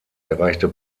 erreichte